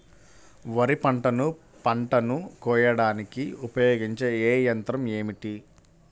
వరిపంటను పంటను కోయడానికి ఉపయోగించే ఏ యంత్రం ఏమిటి?